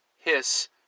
hiss